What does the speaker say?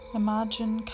imagine